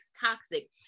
toxic